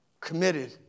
committed